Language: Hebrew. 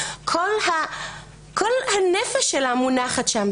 כל הנפש שלה מונחת שם.